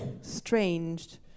strange